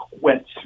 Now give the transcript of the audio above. went